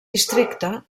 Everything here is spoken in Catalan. districte